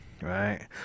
right